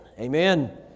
Amen